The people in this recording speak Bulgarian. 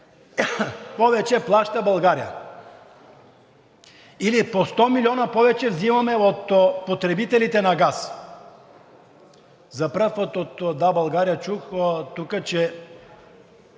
повече плаща България или по 100 милиона повече взимаме от потребителите на газ. За първи път от „Да, България!“ чух тук, че